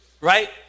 right